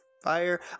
fire